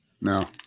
No